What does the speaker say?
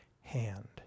hand